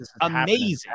amazing